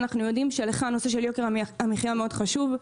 אנחנו יודעים שלך הנושא של יוקר המחייה מאוד חשוב.